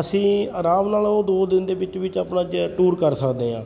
ਅਸੀਂ ਆਰਾਮ ਨਾਲ ਉਹ ਦੋ ਦਿਨ ਦੇ ਵਿੱਚ ਵਿੱਚ ਆਪਣਾ ਜਿ ਟੂਰ ਕਰ ਸਕਦੇ ਹਾਂ